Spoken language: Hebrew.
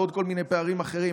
ועוד כל מיני פערים אחרים.